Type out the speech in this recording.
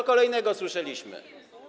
Co kolejnego słyszeliśmy?